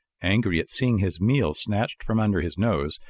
angry at seeing his meal snatched from under his nose,